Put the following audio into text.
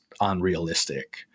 unrealistic